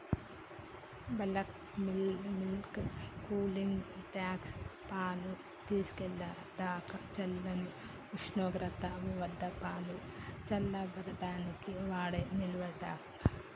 bulk milk cooling tank, పాలు తీసుకెళ్ళేదాకా చల్లని ఉష్ణోగ్రత వద్దపాలు చల్లబర్చడానికి వాడే నిల్వట్యాంక్